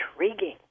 intriguing